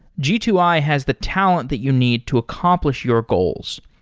g two i has the talent that you need to accomplish your goals.